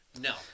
No